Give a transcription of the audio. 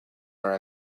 are